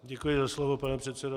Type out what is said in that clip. Děkuji za slovo, pane předsedo.